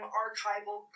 archival